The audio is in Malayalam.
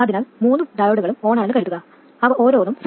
അതിനാൽ മൂന്ന് ഡയോഡുകളും ഓണാണെന്ന് കരുതുക അവ ഓരോന്നും 0